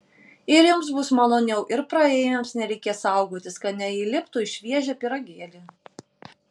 ir jums bus maloniau ir praeiviams nereikės saugotis kad neįliptų į šviežią pyragėlį